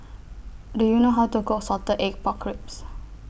Do YOU know How to Cook Salted Egg Pork Ribs